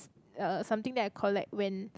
uh something that I collect when